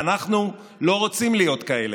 ואנחנו לא רוצים להיות כאלה,